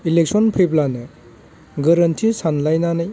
election फैब्लानो गोरोन्थि सानलायनानै